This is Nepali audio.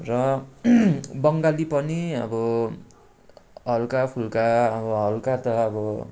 र बङ्गाली पनि अब हल्काफुल्का अब हल्का त अब